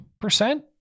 percent